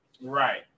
right